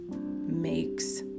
makes